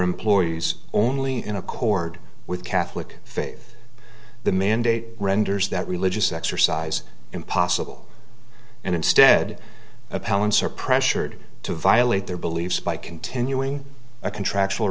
employees only in accord with catholic faith the mandate renders that religious exercise impossible and instead appellants are pressured to violate their beliefs by continuing a contractual